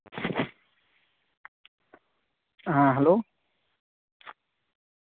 ᱦᱮᱸ ᱦᱮᱞᱳ